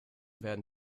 werden